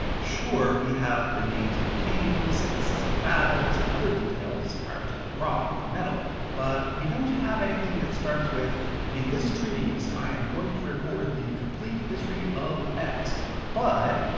sure, we have the names of kings, lists of battles, and other details carved into rock and metal but we don't have anything that starts with in this treatise, i am going to record the complete history of x but,